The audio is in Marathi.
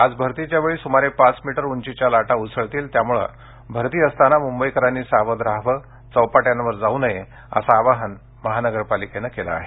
आज भरतीच्या वेळी सुमारे पाच मीटर उंचीच्या लाटा उसळणार आहेत त्यामुळे भरती असताना मुंबईकरांनी सावध रहावे चौपाट्यांवर जाऊ नये असे आवाहन पालिकेने केले आहे